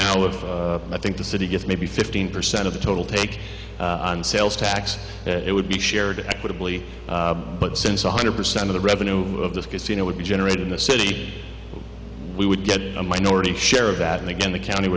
now if i think the city gets maybe fifteen percent of the total take on sales tax it would be shared with a bully but since one hundred percent of the revenue of this casino would be generated in the city we would get a minority share of that and again the county